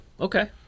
Okay